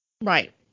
Right